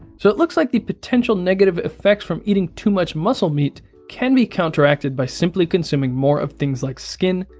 so it looks like the potential potential negative effects from eating too much muscle meat can be counteracted by simply consuming more of things like skin,